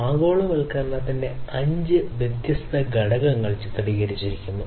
ആഗോളവൽക്കരണത്തിന്റെ അഞ്ച് വ്യത്യസ്ത ഘടകങ്ങൾ ചിത്രീകരിച്ചിരിക്കുന്നു